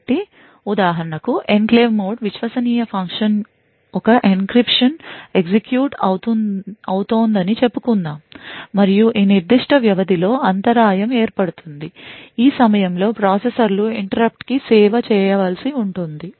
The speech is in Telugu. కాబట్టి ఉదాహరణకు ఎన్క్లేవ్ మోడ్ విశ్వసనీయ ఫంక్షన్ ఒక ఎన్క్రిప్షన్ ఎగ్జిక్యూట్ అవుతోందని చెప్పుకుందాం మరియు ఈ నిర్దిష్ట వ్యవధిలో అంతరాయం ఏర్పడుతుంది ఈ సమయంలో ప్రాసెసర్లు interrrupt కి సేవ చేయవలసి ఉంటుంది